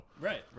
right